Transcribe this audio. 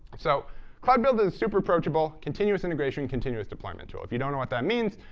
so cloud builder is super approachable. continuous integration, continuous deployment tool. if you don't know what that means,